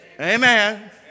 Amen